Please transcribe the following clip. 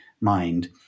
mind